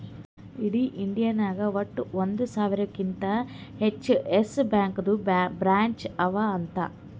ಇಡೀ ಇಂಡಿಯಾ ನಾಗ್ ವಟ್ಟ ಒಂದ್ ಸಾವಿರಕಿಂತಾ ಹೆಚ್ಚ ಯೆಸ್ ಬ್ಯಾಂಕ್ದು ಬ್ರ್ಯಾಂಚ್ ಅವಾ ಅಂತ್